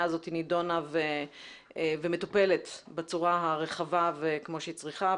זאת נדונה ומטופלת בצורה הרחבה כפי שצריך להיות,